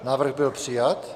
Návrh byl přijat.